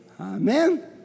Amen